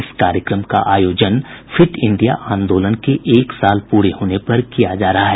इस कार्यक्रम का आयोजन फिट इंडिया आंदोलन के एक साल पूरे होने पर किया जा रहा है